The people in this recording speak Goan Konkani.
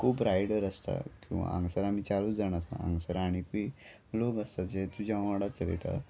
खूब रायडर आसता किंवा हांगसर आमी चारूच जाण आसा हांगसर आनीकूय लोक आसता जे तुज्या वांगडा चलयता